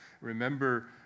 Remember